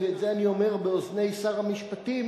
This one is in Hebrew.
ואת זה אני אומר באוזני שר המשפטים,